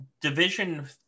Division